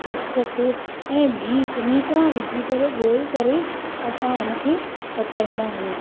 ख़सिख़सि ऐं गिहु चङी तरह विझी ॻोहे करे असां हुन खे पचाईंदा आहियूं